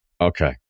Okay